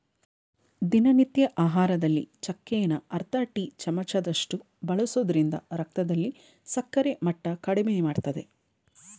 ದಿನನಿತ್ಯ ಆಹಾರದಲ್ಲಿ ಚಕ್ಕೆನ ಅರ್ಧ ಟೀ ಚಮಚದಷ್ಟು ಬಳಸೋದ್ರಿಂದ ರಕ್ತದಲ್ಲಿ ಸಕ್ಕರೆ ಮಟ್ಟ ಕಡಿಮೆಮಾಡ್ತದೆ